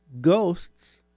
ghosts